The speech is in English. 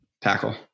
tackle